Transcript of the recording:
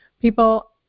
people